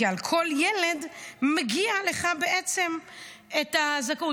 כי על כל ילד מגיעה לך בעצם זכאות.